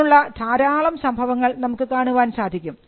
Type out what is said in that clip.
അതിനുള്ള ധാരാളം സംഭവങ്ങൾ നമുക്ക് കാണാൻ സാധിക്കും